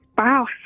Wow